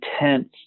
intense